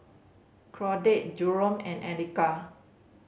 Claudette Jerome and Annika